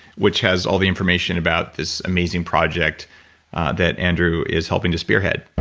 which has all the information about this amazing project that andrew is helping to spearhead